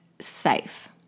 safe